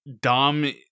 Dom